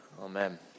Amen